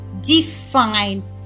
Define